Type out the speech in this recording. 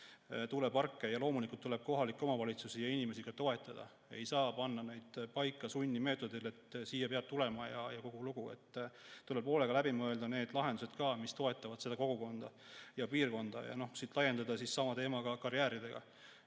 tuuleparke, ja loomulikult tuleb ka kohalike omavalitsuste inimesi toetada. Ei saa panna paika sunnimeetodil, et siia peab tulema ja kogu lugu. Tuleb hoolega läbi mõelda need lahendused, mis toetavad kogukonda ja piirkonda. Seda võib laiendada, et sama teema on ka karjääridega.